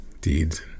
deeds